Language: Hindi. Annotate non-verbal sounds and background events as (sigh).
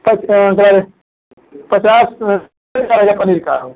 पैक (unintelligible) पचास रेट क्या रहेगा पनीर का